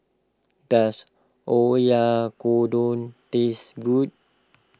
does Oyakodon taste good